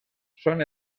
són